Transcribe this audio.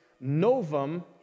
novum